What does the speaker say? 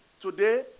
Today